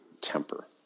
temper